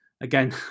again